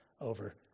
over